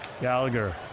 Gallagher